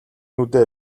нүдээ